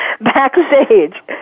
backstage